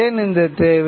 ஏன் இந்த தேவை